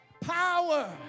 Power